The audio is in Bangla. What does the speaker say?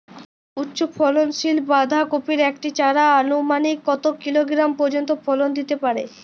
উচ্চ ফলনশীল বাঁধাকপির একটি চারা আনুমানিক কত কিলোগ্রাম পর্যন্ত ফলন দিতে পারে?